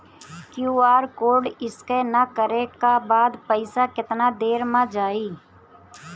QR code scan न करे क बाद पइसा केतना देर म जाई?